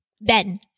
Ben